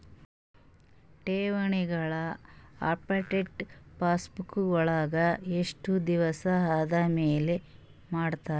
ಠೇವಣಿಗಳ update passbook ವಳಗ ಎಷ್ಟ ದಿವಸ ಆದಮೇಲೆ ಮಾಡ್ತಿರ್?